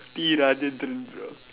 T rajendar